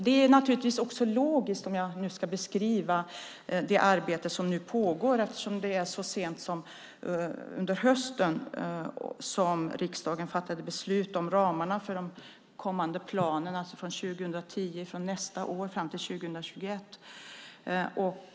Det är också logiskt, om jag nu ska beskriva det arbete som pågår, eftersom riksdagen så sent som under hösten fattade beslut om ramarna för de kommande planerna, från 2010 fram till 2021.